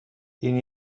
این